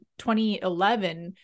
2011